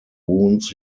wounds